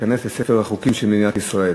ותיכנס לספר החוקים של מדינת ישראל.